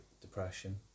depression